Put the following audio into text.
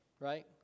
Right